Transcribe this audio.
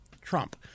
Trump